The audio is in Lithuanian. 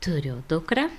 turiu dukrą